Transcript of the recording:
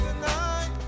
tonight